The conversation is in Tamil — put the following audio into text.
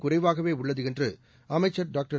குறைவாகவே உள்ளது என்று அமைச்ச் டாக்டர்